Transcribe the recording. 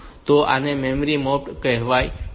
તો આને memory mapped IO કહેવાશે